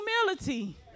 humility